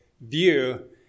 view